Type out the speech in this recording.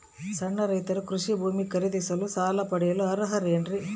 ಸಣ್ಣ ರೈತರು ಕೃಷಿ ಭೂಮಿ ಖರೇದಿಸಲು ಸಾಲ ಪಡೆಯಲು ಅರ್ಹರೇನ್ರಿ?